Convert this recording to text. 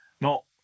no